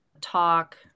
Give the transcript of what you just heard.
talk